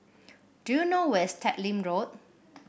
do you know where is Teck Lim Road